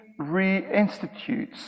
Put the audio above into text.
reinstitutes